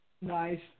Nice